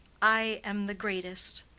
i am the greatest,